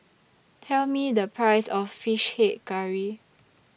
Tell Me The Price of Fish Head Curry